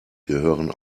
gehören